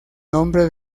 nombre